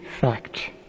fact